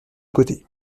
côté